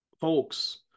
folks